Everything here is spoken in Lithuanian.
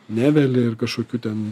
neveli ir kažkokių ten